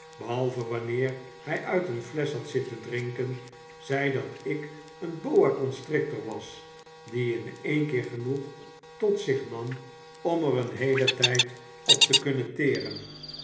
behalve wanneer hij uit een flesch had zitten drinken zei dat ik een boa constrictor was die in een keer genoeg tot zich nam om er een heelen tijd op te kunnen teren